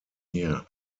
here